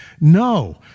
No